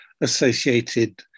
associated